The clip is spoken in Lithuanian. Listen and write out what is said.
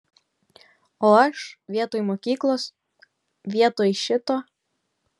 o aš vietoj mokyklos vietoj šito